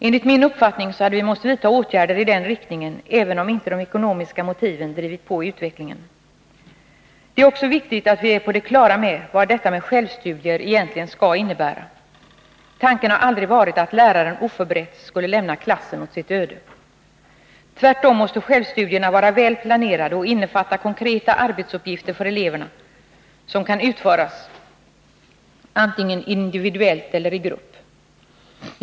Enligt min uppfattning hade vi måst vidta åtgärder i den riktningen även om inte de ekonomiska motiven drivit på utvecklingen. Det är också viktigt att vi är på det klara med vad självstudier egentligen skall innebära. Tanken har aldrig varit att läraren oförberedd skulle lämna klassen åt sitt öde. Tvärtom måste självstudierna vara väl planerade och innefatta konkreta arbetsuppgifter för eleverna som kan utföras antingen individuellt eller i grupp.